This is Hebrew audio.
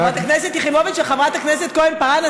חברת הכנסת יחימוביץ וחברת הכנסת כהן-פארן,